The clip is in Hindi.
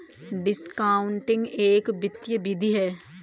डिस्कॉउंटिंग एक वित्तीय विधि है